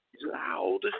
loud